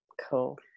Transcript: Cool